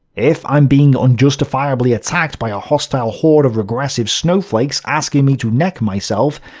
if i'm being unjustifiably attacked by a hostile horde of regressive snowflakes, asking me to neck myself,